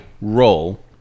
roll